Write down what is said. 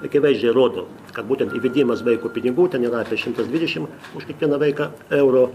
akivaizdžiai rodo kad būtent įvedimas vaiko pinigų ten yra apie šimtas dvidešim už kiekvieną vaiką euro